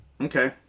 Okay